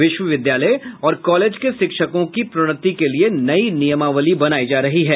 विश्वविद्यालय और कॉलेज के शिक्षकों की प्रोन्नति के लिये नई नियमावली बनायी जा रही है